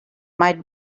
might